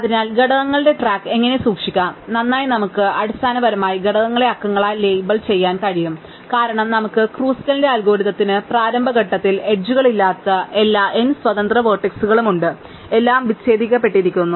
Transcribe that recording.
അതിനാൽ ഘടകങ്ങളുടെ ട്രാക്ക് എങ്ങനെ സൂക്ഷിക്കാം നന്നായി നമുക്ക് അടിസ്ഥാനപരമായി ഘടകങ്ങളെ അക്കങ്ങളാൽ ലേബൽ ചെയ്യാൻ കഴിയും കാരണം നമുക്ക് ക്രൂസ്കലിന്റെ അൽഗോരിതംസിന്റെ പ്രാരംഭ ഘട്ടത്തിൽ എഡ്ജ്കളില്ലാത്ത എല്ലാ n സ്വതന്ത്ര വേർട്ടക്സുകൾ ഉണ്ട് എല്ലാം വിച്ഛേദിക്കപ്പെട്ടിരിക്കുന്നു